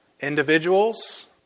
Individuals